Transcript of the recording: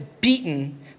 beaten